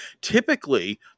typically